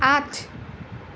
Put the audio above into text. আঠ